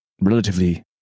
relatively